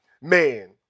Man